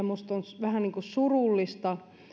minusta se on vähän surullista